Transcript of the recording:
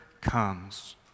comes